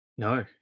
No